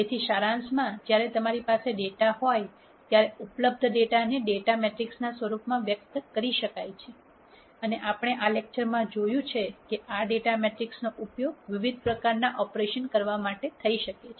તેથી સારાંશમાં જ્યારે તમારી પાસે ડેટા હોય ત્યારે ઉપલબ્ધ ડેટા ને ડેટા મેટ્રિક્સના સ્વરૂપમાં વ્યક્ત કરી શકાય છે અને આપણે આ લેક્ચરમાં જોયું છે કે આ ડેટા મેટ્રિક્સનો ઉપયોગ વિવિધ પ્રકારનાં ઓપરેશન કરવા માટે થઈ શકે છે